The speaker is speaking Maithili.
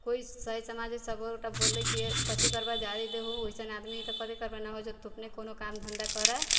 कोइ सही समाजे सबगोटा बोललै कि कोची करबा जाइ देहु ओइसन आदमी हइ तऽ कथी करबऽ नहि होइ छौ तऽ तू अपने कोनो काम धन्धा करऽ